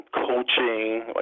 coaching